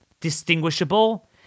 distinguishable